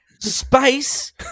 space